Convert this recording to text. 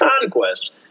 conquest